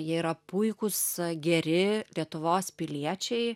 jie yra puikūs geri lietuvos piliečiai